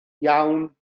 iawn